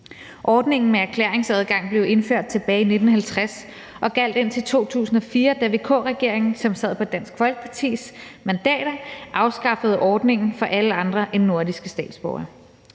Ordningen med erklæringsadgangen blev indført tilbage i 1950 og gjaldt indtil 2004, da VK-regeringen, som sad på Dansk Folkepartis mandater, afskaffede ordningen for alle andre end nordiske statsborgere.